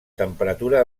temperatura